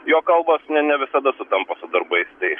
jo kalbos ne ne visada sutampa su darbais tai